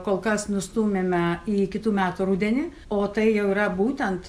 kol kas nustūmėme į kitų metų rudenį o tai jau yra būtent